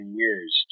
years